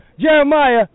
Jeremiah